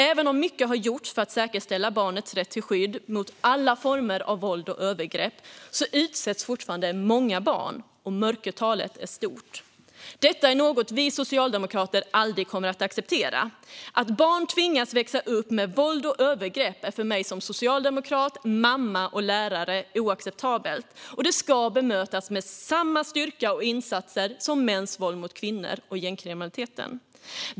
Även om mycket har gjorts för att säkerställa barnets rätt till skydd mot alla former av våld och övergrepp utsätts fortfarande många barn, och mörkertalet är stort. Detta är något vi socialdemokrater aldrig kommer att acceptera. Att barn tvingas växa upp med våld och övergrepp är för mig som socialdemokrat, mamma och lärare oacceptabelt, och det ska bemötas med samma styrka och insatser som mäns våld mot kvinnor och gängkriminaliteten.